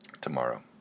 tomorrow